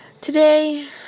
Today